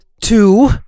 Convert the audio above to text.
Two